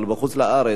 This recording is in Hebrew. אבל בחוץ-לארץ,